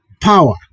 power